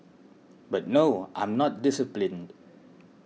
but no I'm not disciplined